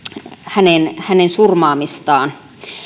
hänen hänen surmaamistaan